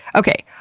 okay,